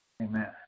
Amen